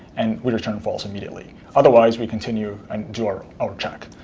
and we return false immediately. otherwise, we continue and do our our check.